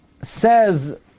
says